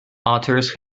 otters